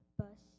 bus